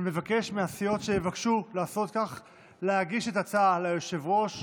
אני מבקש מהסיעות שיבקשו לעשות כך להגיש את ההצעה ליושב-ראש,